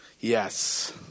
Yes